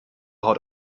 haut